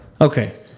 Okay